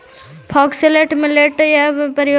foxtail millet का प्रयोग सूजी इत्यादि के रूप में होवत आईल हई